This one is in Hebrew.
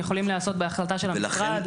יכולים להיעשות בהחלטה של המשרד,